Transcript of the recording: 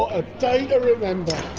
a day to remember!